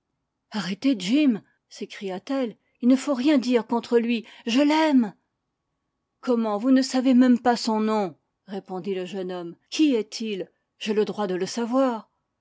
jim s'écria-t-elle il ne faut rien dire contre lui je l'aime gomment vous ne savez même pas son nom répondit le jeune homme qui est-il j'ai le droit de le savoir